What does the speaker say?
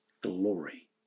glory